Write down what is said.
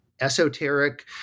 esoteric